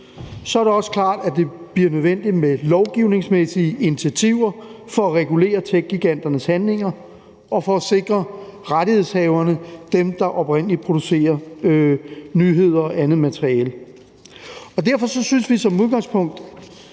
er det også klart, at det bliver nødvendigt med lovgivningsmæssige initiativer for at regulere techgiganternes handlinger og for at sikre rettighedshaverne; dem, der oprindelig var dem, der producerer nyheder og andet materiale. Derfor synes vi som udgangspunkt